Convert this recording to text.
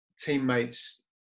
teammates